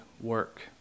work